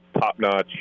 top-notch